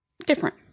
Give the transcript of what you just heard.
Different